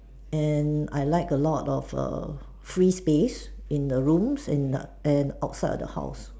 and I like a lot of err free space in the room and the and outside of the house